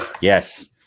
Yes